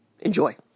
Enjoy